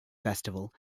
festival